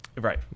right